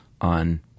on